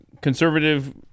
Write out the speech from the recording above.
conservative